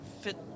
fit